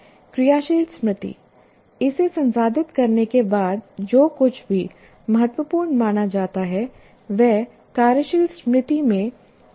क्रियाशील स्मृति इसे संसाधित करने के बाद जो कुछ भी महत्वपूर्ण माना जाता है वह कार्यशील स्मृति में आता है